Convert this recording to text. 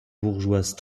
bourgeoise